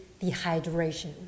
dehydration